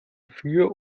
für